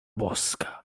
boska